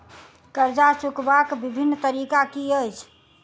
कर्जा चुकबाक बिभिन्न तरीका की अछि?